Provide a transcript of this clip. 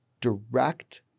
direct